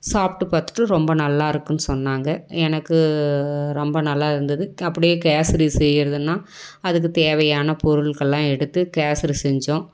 சாப்பிட்டு பார்த்துட்டு ரொம்ப நல்லா இருக்குதுன்னு சொன்னாங்கள் எனக்கு ரொம்ப நல்லா இருந்தது அப்படியே கேசரி செய்கிறதுன்னா அதுக்குத் தேவையான பொருள்களெலாம் எடுத்து கேசரி செஞ்சோம்